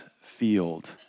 field